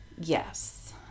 Yes